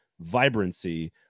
vibrancy